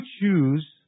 choose